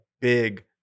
big